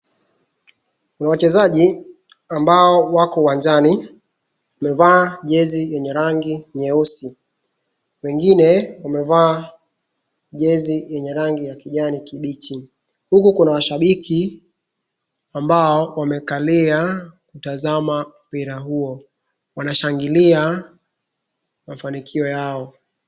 Wachezaji ambao wako uwanjani, wamevaa jezi yenye rangi nyeusi. Wengine wamevaa, jezi yenye rangi ya kijani kibichi, huku kuna washabiki ambao wamekalia, kutazama mpira huo. Wanashangilia mafanikio yao.